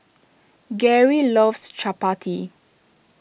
Garry loves Chappati